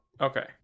Okay